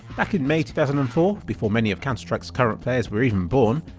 back in may two thousand and four, before many of counter-strike's current players were even born,